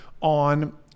on